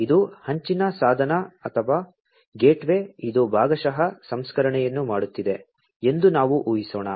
ಇದು ಅಂಚಿನ ಸಾಧನ ಅಥವಾ ಗೇಟ್ವೇ ಇದು ಭಾಗಶಃ ಸಂಸ್ಕರಣೆಯನ್ನು ಮಾಡುತ್ತಿದೆ ಎಂದು ನಾವು ಊಹಿಸೋಣ